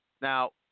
Now